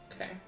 Okay